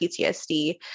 PTSD